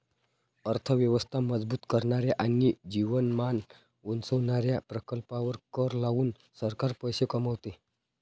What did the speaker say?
अर्थ व्यवस्था मजबूत करणाऱ्या आणि जीवनमान उंचावणाऱ्या प्रकल्पांवर कर लावून सरकार पैसे कमवते